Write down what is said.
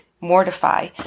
mortify